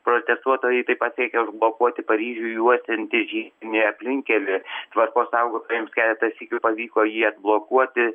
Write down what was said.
protestuotojai taip pat siekia užblokuoti paryžių juosiantį žiedinį aplinkkelį tvarkos saugotojams keletą sykių pavyko jį atblokuoti